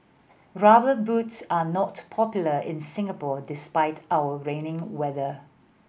Rubber Boots are not popular in Singapore despite our rainy weather